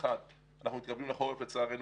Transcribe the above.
האם מישהו ממקבלי ההחלטות היה מלצר?